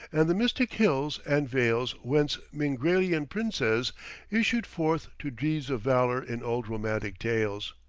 and the mystic hills and vales whence mingrelian princes issued forth to deeds of valor in old romantic tales.